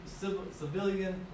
civilian